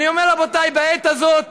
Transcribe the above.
אני אומר: רבותי, בעת הזאת